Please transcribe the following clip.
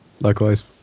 Likewise